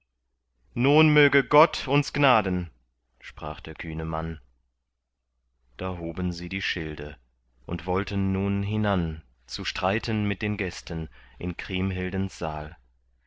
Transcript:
nun möge gott uns gnaden sprach der kühne mann da hoben sie die schilde und wollten nun hinan zu streiten mit den gästen in kriemhildens saal